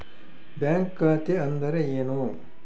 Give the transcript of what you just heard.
Bank ಖಾತೆ ಅಂದರೆ ಏನು?